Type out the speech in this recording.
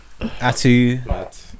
atu